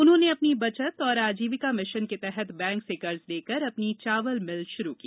उन्होंने अपनी बचत और आजीविका मिशन के तहत बैंक से कर्ज लेकर अपनी चावल मिल शुरू की